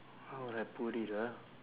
how would I put it ah